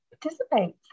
participate